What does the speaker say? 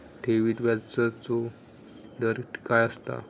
ठेवीत व्याजचो दर काय असता?